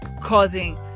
causing